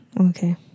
Okay